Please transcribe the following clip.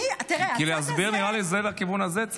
נראה שלהסביר צריך לכיוון הזה.